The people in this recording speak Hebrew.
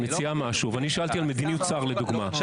את מציעה משהו ואני שאלתי על מדיניות שר למשל,